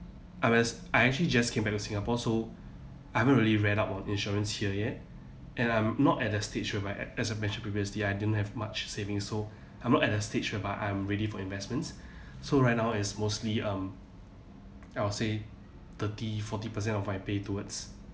I'm as I actually just came back to singapore so I haven't really read up on insurance here yet and I'm not at the stage whereby as I mentioned previously I didn't have much savings so I'm not at the stage whereby I'm ready for investments so right now it's mostly um I'll say thirty forty percent of my pay towards